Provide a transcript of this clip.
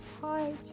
Hi